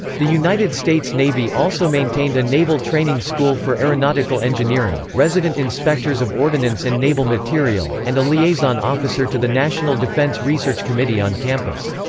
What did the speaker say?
the united states navy also maintained a naval training school for aeronautical engineering, resident inspectors of ordinance and naval material, and a liaison officer to the national defense research committee on campus.